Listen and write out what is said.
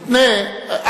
תותנה,